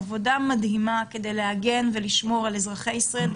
עושים עבודה מדהימה כדי להגן ולשמור על אזרחי ישראל.